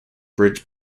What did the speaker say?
bridge